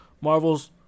Marvel's